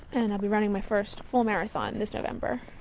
and i'll be running my first full marathon this november,